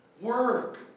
Work